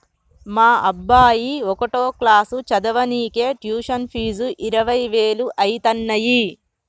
మా అబ్బాయి ఒకటో క్లాసు చదవనీకే ట్యుషన్ ఫీజు ఇరవై వేలు అయితన్నయ్యి